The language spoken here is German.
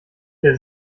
der